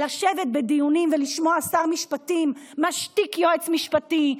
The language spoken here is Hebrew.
לשבת בדיונים ולשמוע שר משפטים משתיק יועץ משפטי,